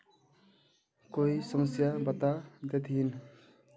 कोई समस्या बता देतहिन?